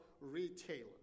Retailer